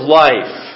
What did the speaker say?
life